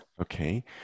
Okay